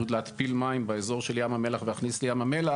פשוט להתפיל מים באזור של ים המלח ולהכניס לים המלח,